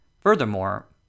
Furthermore